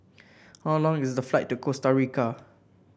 how long is the flight to Costa Rica